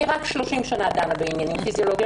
אני רק 30 שנים דנה בעניינים פיזיולוגיים